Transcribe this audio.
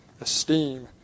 Esteem